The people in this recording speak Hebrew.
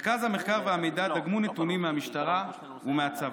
מרכז המחקר והמידע דגמו נתונים מהמשטרה ומהצבא.